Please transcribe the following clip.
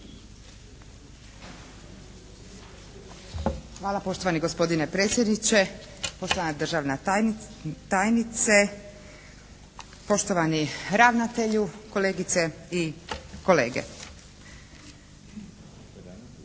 Hvala poštovani gospodine predsjedniče. Poštovana državna tajnice, poštovani ravnatelju, kolegice i kolege. Evo